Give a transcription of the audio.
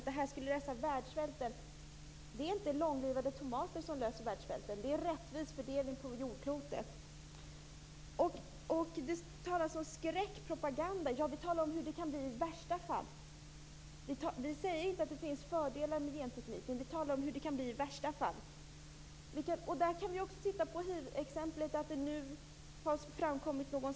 Det här skulle lösa världssvälten. Det är inte långlivade tomater som löser världssvälten. Det är en rättvis fördelning på jordklotet. Det talas om skräckpropaganda. Ja, vi talar om hur det kan bli i värsta fall. Vi säger inte att det inte finns fördelar med genteknik, men vi talar om hur det kan bli i värsta fall. Vi kan också titta på ett exempel som har kommit fram i en studie.